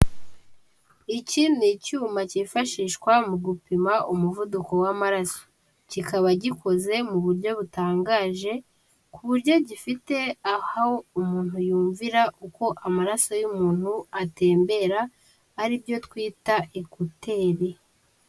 Iki ni icyuma cyifashishwa mu gupima umuvuduko w'amaraso, kikaba gikoze mu buryo butangaje, ku buryo gifite aho umuntu yumvira uko amaraso y'umuntu atembera, aribyo twita ekuteri.